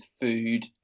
food